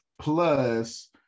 Plus